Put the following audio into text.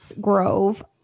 Grove